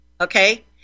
Okay